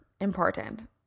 important